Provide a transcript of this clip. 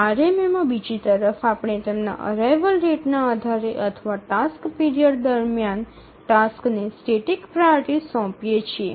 આરએમએમાં બીજી તરફ આપણે તેમના અરાઇવલ રેટ ના આધારે અથવા ટાસ્ક પીરિયડ દરમિયાન ટાસક્સને સ્ટેટિક પ્રાઓરિટી સોંપીએ છીએ